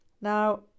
Now